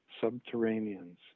subterraneans